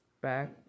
back